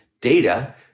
data